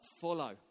follow